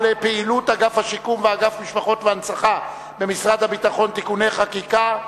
על פעילות אגף השיקום ואגף משפחות והנצחה במשרד הביטחון (תיקוני חקיקה),